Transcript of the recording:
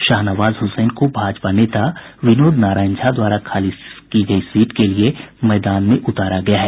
शाहनवाज हुसैन को भाजपा नेता विनोद नारायण झा द्वारा खाली की गई सीट के लिए मैदान में उतारा गया है